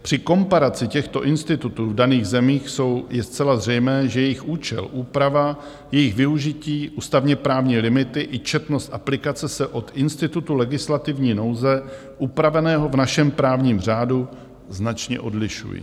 Při komparaci těchto institutů v daných zemích je zcela zřejmé, že jejich účel, úprava jejich využití, ústavněprávní limity i četnost aplikace se od institutu legislativní nouze upraveného v našem právním řádu značně odlišují.